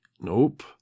nope